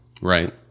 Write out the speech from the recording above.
right